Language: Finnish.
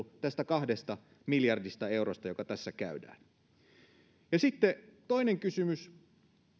tästä kahdesta miljardista eurosta tämmöinen arvokeskustelu jota tässä käydään ja sitten toinen kysymys